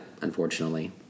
unfortunately